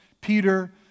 Peter